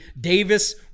Davis